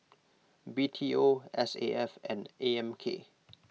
B T O S A F and A M K